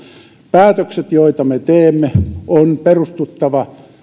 päätösten joita me teemme on perustuttava